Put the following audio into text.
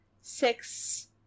six